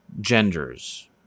genders